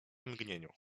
mgnieniu